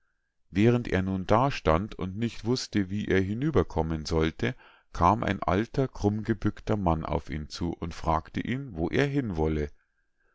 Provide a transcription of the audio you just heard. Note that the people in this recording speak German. während er nun da stand und nicht wußte wie er hinüber kommen sollte kam ein alter krummgebückter mann auf ihn zu und fragte ihn wo er hin wolle